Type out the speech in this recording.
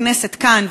הכנסת כאן,